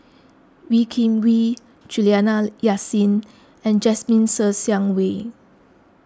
Wee Kim Wee Juliana Yasin and Jasmine Ser Xiang Wei